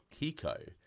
Kiko